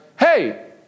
Hey